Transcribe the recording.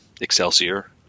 Excelsior